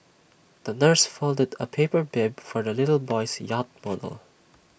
the nurse folded A paper for the little boy's yacht model